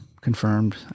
confirmed